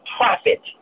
profit